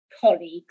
colleagues